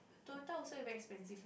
Toyota also very expensive